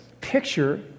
picture